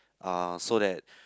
uh so that